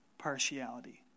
partiality